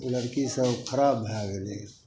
लड़कीसभ खराब भै गेलै